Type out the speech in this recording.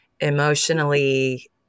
emotionally